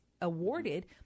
awarded